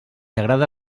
agrada